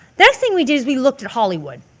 next thing we did is we looked at hollywood.